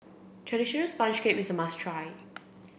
traditional sponge cake is a must try